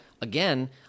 Again